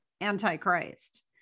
antichrist